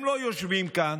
הם לא יושבים כאן.